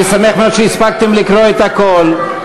אני שמח מאוד שהספקתם לקרוא את הכול,